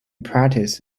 practice